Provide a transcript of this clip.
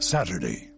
Saturday